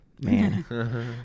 man